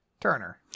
Turner